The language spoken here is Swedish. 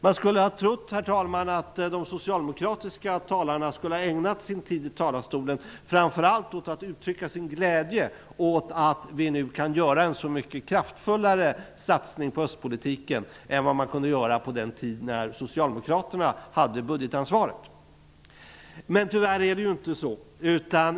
Man skulle ha trott, herr talman, att de socialdemokratiska talarna skulle ha ägnat sin tid i talarstolen framför allt åt att uttrycka sin glädje över att vi nu kan göra en så mycket kraftfullare satsning på östpolitiken än vad man kunde göra på den tid då socialdemokraterna hade budgetansvaret. Tyvärr är det inte så.